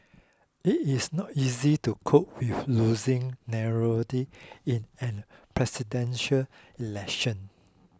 it is not easy to cope with losing narrowly in a Presidential Election